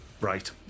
Right